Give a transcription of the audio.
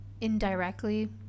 indirectly